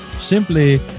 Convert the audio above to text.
simply